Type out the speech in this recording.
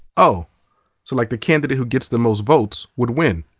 oh. so like the candidate who gets the most votes would win.